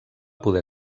poder